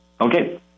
Okay